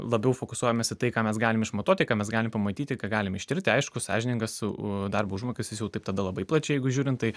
labiau fokusuojamės į tai ką mes galim išmatuot ką mes galim pamatyti ką galim ištirti aišku sąžiningas su darbo užmokestis jau taip tada labai plačiai jeigu žiūrint tai